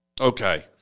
Okay